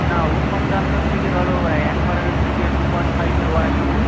না ওর সঙ্গে আমি হচ্ছে গিয়ে ধরো অ্যাঙ্করের হচ্ছে গিয়ে টু পয়েন্ট ফাইভের ওয়্যার নোবো